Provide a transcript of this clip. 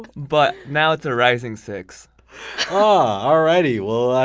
but now it's a rising six. ah righty. well,